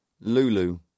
Lulu